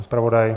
Zpravodaj?